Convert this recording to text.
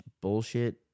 bullshit